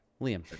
Liam